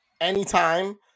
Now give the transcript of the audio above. Anytime